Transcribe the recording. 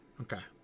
Okay